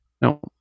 No